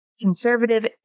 conservative